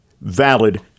Valid